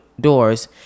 doors